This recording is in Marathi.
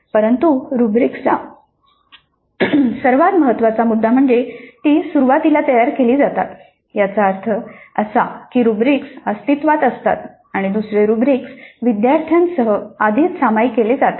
परंतु रुब्रिक्सचा सर्वात महत्त्वाचा मुद्दा म्हणजे ती सुरुवातीला तयार केली जातात याचा अर्थ असा की रुब्रिक्स अस्तित्त्वात असतात आणि दुसरे रुब्रिक्स विद्यार्थ्यांसह आधीच सामायिक केले जातात